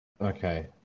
Okay